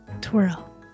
twirl